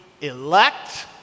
elect